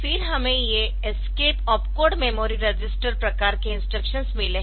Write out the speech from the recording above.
फिर हमें ये escape opcode memory register Escape opcode memory register प्रकार के इंस्ट्रक्शंस मिले है